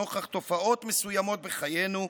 נוכח תופעות מסוימות בחיינו,